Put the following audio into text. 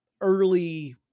early